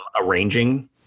Arranging